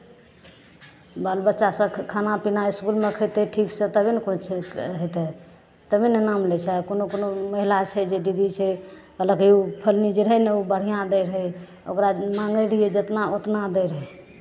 बालबच्चा सभके खाना पीना इसकुलमे खयतै ठीकसँ तबे ने किछु हेतै तबे ने नाम लै छै कोनो कोनो महिला छै जे दीदी छै कहलक जे ओ फल्लीँ जे रहै ने बढ़िआँ दैत रहै ओकरा माङ्गैत रहियै जेतना ओतना दैत रहै